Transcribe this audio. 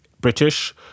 British